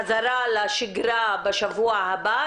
כדי להתחיל את החזרה לשגרה בשבוע הבא,